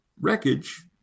wreckage